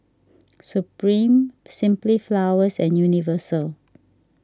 Supreme Simply Flowers and Universal